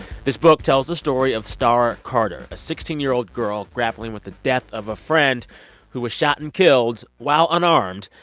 this book tells the story of starr carter, a sixteen year old girl grappling with the death of a friend who was shot and killed, while unarmed,